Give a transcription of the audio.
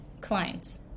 clients